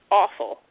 awful